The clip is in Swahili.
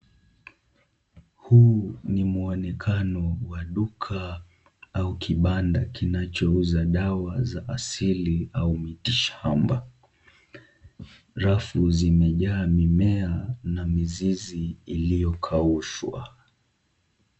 Huu ni mwonekano wa duka au kibanda kinachouza dawa za asili au miti shamba. Rafu zimejaa mimea na mizizi iliyokaushwa.